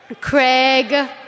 Craig